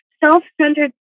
self-centered